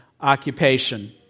occupation